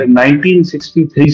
1963